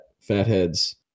Fatheads